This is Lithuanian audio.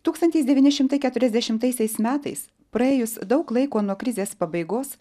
tūkstantis devyni šimtai keturiasdešimtaisiais metais praėjus daug laiko nuo krizės pabaigos